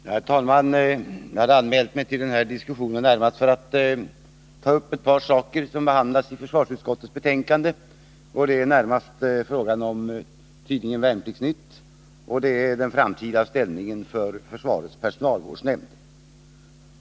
Herr talman! Jag hade anmält mig till den här diskussionen närmast för att ta upp ett par saker som behandlas i försvarsutskottets betänkande, nämligen tidningen Värnplikts-Nytt och den framtida ställningen för försvarets personalvårdsnämnd.